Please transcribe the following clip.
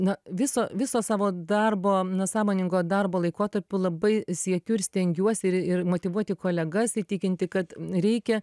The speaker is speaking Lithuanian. na viso viso savo darbo na sąmoningo darbo laikotarpiu labai siekiu ir stengiuosi ir ir motyvuoti kolegas įtikinti kad reikia